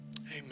Amen